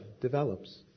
develops